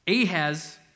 Ahaz